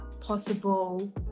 possible